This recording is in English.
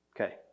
Okay